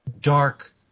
dark